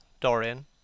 Dorian